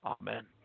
Amen